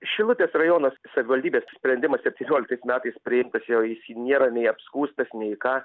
šilutės rajono savivaldybės sprendimas septynioliktais metais priimtas jau jis nėra nei apskųstas nei ką